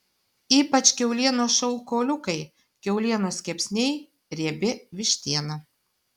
ypač kiaulienos šonkauliukai kiaulienos kepsniai riebi vištiena